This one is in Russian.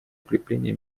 укрепления